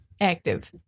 active